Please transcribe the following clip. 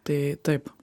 tai taip